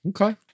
okay